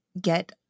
get